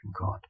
God